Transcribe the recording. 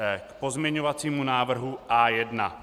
K pozměňovacímu návrhu A1.